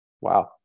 Wow